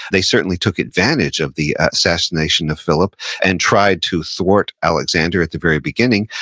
they certainly took advantage of the assassination of philip and tried to thwart alexander at the very beginning.